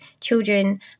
children